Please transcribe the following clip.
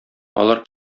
алар